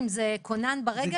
או כונן ברגל.